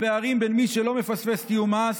הפערים בין מי שלא מפספס תיאום מס,